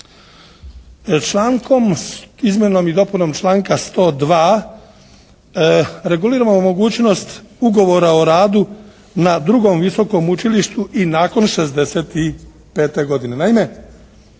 Člankom, izmjenom i dopunom članka 102. reguliramo mogućnost ugovora o radu na drugom visokom učilištu i nakon 65. godine.